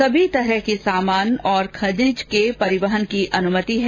सभी प्रकार के सामान और खनिज के परिवहन की अनुमति है